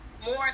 More